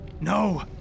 No